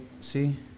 see